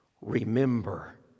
Remember